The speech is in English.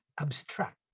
abstract